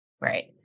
Right